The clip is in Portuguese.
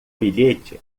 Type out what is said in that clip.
bilhete